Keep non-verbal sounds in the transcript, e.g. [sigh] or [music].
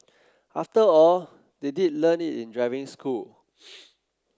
after all they did learn it in driving school [noise]